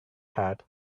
hat